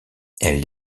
elle